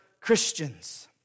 Christians